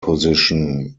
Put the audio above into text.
position